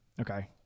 Okay